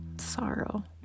sorrow